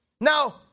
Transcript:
Now